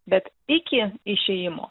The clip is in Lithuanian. bet iki išėjimo